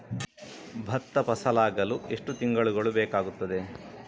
ಭತ್ತ ಫಸಲಾಗಳು ಎಷ್ಟು ತಿಂಗಳುಗಳು ಬೇಕಾಗುತ್ತದೆ?